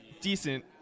Decent